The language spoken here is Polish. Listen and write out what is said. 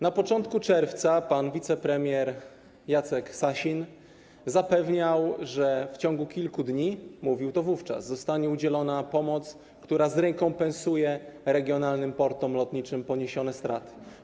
Na początku czerwca pan wicepremier Jacek Sasin zapewniał, że w ciągu kilku dni, mówił tak wówczas, zostanie udzielona pomoc, która zrekompensuje regionalnym portom lotniczym poniesione straty.